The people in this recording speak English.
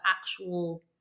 actual